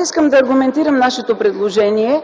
Искам да аргументирам нашето предложение,